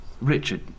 Richard